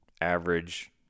average